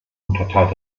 unterteilt